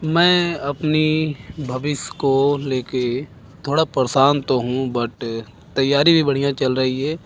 मैं अपने भविष्य को ले के थोड़ा परेशान तो हूँ बट तैयारी भी बढ़िया चल रही है